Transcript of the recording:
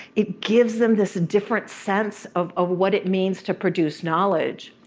it gives them this different sense of of what it means to produce knowledge.